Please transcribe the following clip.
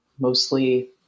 mostly